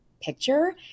picture